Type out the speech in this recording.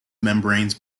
membranes